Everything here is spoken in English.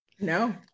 no